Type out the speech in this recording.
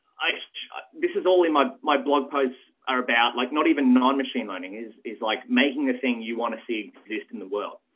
i so this is only my my blog posts are about like not even non machine learning is is like making the thing you want to see exist in the world.